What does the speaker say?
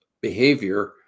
behavior